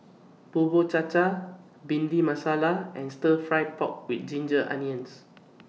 Bubur Cha Cha Bhindi Masala and Stir Fry Pork with Ginger Onions